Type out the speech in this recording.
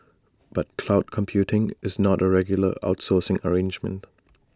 but cloud computing is not A regular outsourcing arrangement